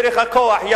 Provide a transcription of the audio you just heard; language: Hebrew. דרך הכוח,